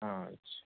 আচ্ছা